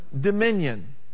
dominion